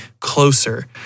closer